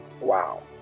wow